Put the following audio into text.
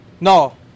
No